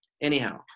anyhow